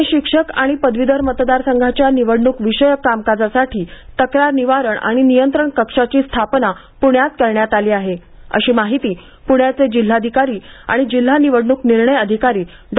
पुणे शिक्षक आणि पदवीधर मतदारसंघाच्या निवडणूकविषयक कामकाजासाठी तक्रार निवारण आणि नियंत्रण कक्षाची स्थापना प्ण्यात करण्यात आली आहे अशी माहिती पुण्याचे जिल्हाधिकारी आणि जिल्हा निवडणूक निर्णय अधिकारी डॉ